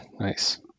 Nice